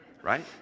Right